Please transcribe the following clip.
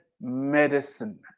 medicine